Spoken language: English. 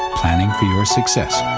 planning for your success.